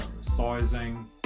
sizing